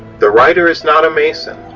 the writer is not a mason,